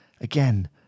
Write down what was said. again